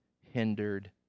hindered